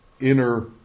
inner